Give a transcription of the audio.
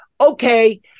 okay